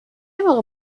موقع